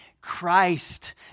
Christ